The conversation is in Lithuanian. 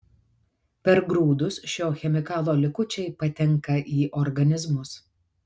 per grūdus šio chemikalo likučiai patenka į organizmus